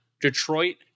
Detroit